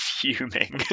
fuming